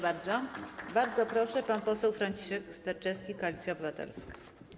Bardzo proszę, pan poseł Franciszek Sterczewski, Koalicja Obywatelska.